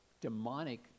demonic